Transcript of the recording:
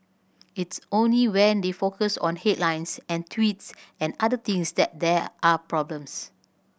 it's only when they focus on headlines and tweets and other things that there are problems